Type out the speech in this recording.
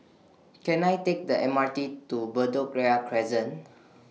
Can I Take The M R T to Bedok Ria Crescent